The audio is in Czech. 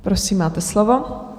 Prosím, máte slovo.